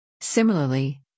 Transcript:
Similarly